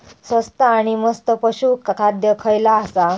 स्वस्त आणि मस्त पशू खाद्य खयला आसा?